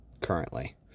currently